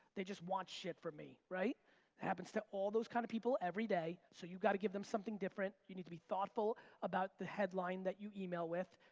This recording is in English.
they just want shit from me, right? it happens to all those kinds of people everyday. so you've gotta give them something different. you need to be thoughtful about the headline that you email with.